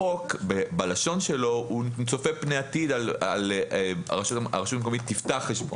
החוק בלשונו צופה פני עתיד על כך שהרשות המקומית תפתח חשבון,